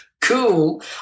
cool